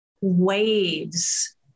waves